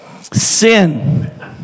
Sin